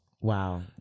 Wow